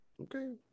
Okay